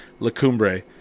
lacumbre